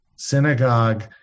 synagogue